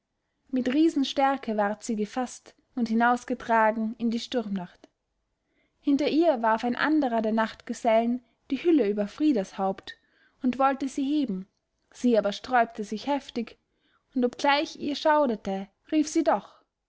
mit riesenstärke ward sie gefaßt und hinausgetragen in die sturmnacht hinter ihr warf ein anderer der nachtgesellen die hülle über fridas haupt und wollte sie heben sie aber sträubte sich heftig und obgleich ihr schauderte rief sie doch